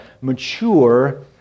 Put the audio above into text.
mature